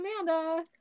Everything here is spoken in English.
Amanda